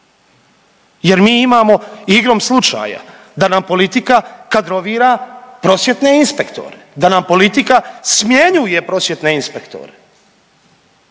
Jer mi imamo igrom slučaja da nam politika kadrovira prosvjetne inspektore, da nam politika smjenjuje prosvjetne inspektore.